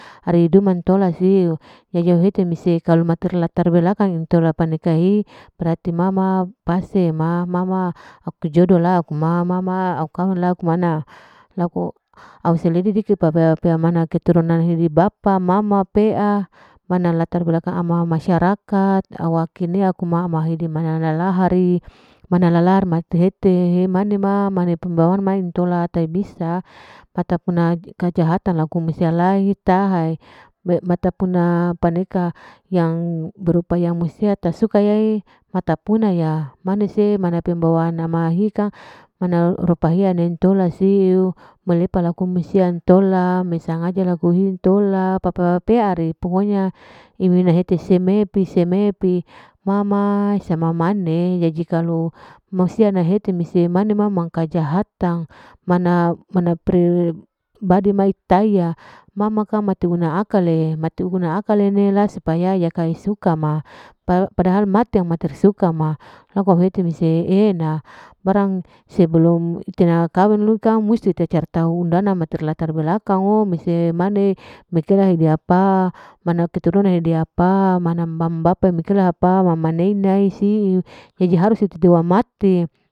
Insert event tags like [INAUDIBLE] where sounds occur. Are duman tola siu, jadi heter mese jadi kalu paneka mater latar belakang intola paneka hi, berarti ma ma, ma ma aku kesjodo la aku ma ma, au kawin la aku mana, laku au selediki papea mana keterunan bapa, nahedi bapa ma mama pea, mana latar belakang ama masyarakat awakenea kuma mahidi mama nalahari, manalalahar hete mane ma bawaan ma mane intola ta bisa, hatepuna kejahatan laku musia taeta tahaie, matapuna paneka yang berupa musia tasukaae kapunaya, manese mane pembawaan ama hi kang mana rupa hia intola siu, [UNINTELLIGIBLE] sia intola mai sangaja laku intola la papa peari, pokonya imina hete seme pi seme ma ma hisa mamane, jadi kalo musia nahete, imane mama kajahatang mana [UNINTELLIGIBLE] badei itaya, mate una akale, mate una akalene supaya yakasuka ma padahal mater mater suka ma laku au hete mese e'ena, barang sebelum itena kaweng nu kang musti tacaritau undana terlatar belakang'o semane mekeu waapa mana keturunan diapa, mana mam bapa mekeu laapa maneina siu, jadi harus titidiau mati.